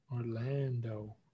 orlando